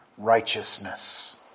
righteousness